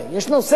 יש נושא.